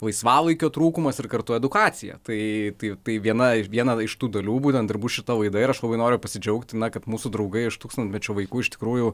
laisvalaikio trūkumas ir kartu edukacija tai tai tai viena viena iš tų dalių būtent ir bus šita laida ir aš labai noriu pasidžiaugti na kad mūsų draugai iš tūkstantmečio vaikų iš tikrųjų